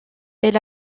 elle